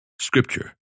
Scripture